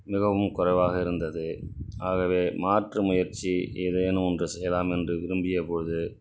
மிகவும் குறைவாக இருந்தது ஆகவே மாற்று முயற்சி ஏதேனும் ஒன்று செய்யலாம் என்று விரும்பிய போது